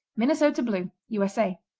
minnesota blue u s a.